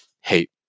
hate